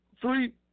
three